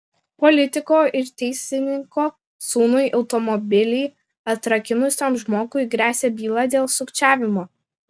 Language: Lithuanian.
politiko ir teisininko sūnui automobilį atrakinusiam žmogui gresia byla dėl sukčiavimo